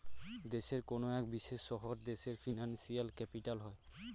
দেশের কোনো এক বিশেষ শহর দেশের ফিনান্সিয়াল ক্যাপিটাল হয়